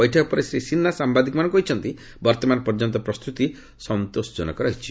ବୈଠକ ପରେ ଶ୍ରୀ ସିହ୍ନା ସାମ୍ବାଦିକମାନଙ୍କୁ କହିଛନ୍ତି ବର୍ତ୍ତମାନ ପର୍ଯ୍ୟନ୍ତ ପ୍ରସ୍ତୁତି ସନ୍ତୋଷଜନକ ରହିଛି